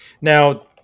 Now